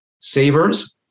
savers